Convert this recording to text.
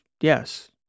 yes